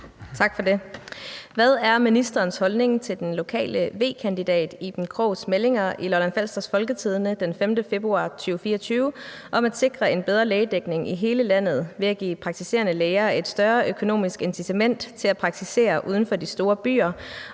Hvad er ministerens holdning til den lokale V-kandidat Iben Krogs meldinger i Lolland-Falsters Folketidende den 5. februar 2024 om at sikre en bedre lægedækning i hele landet ved at give praktiserende læger et større økonomisk incitament til at praktisere uden for de store byer,